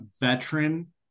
veteran